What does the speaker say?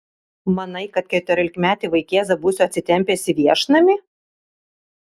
manai kad keturiolikmetį vaikėzą būsiu atsitempęs į viešnamį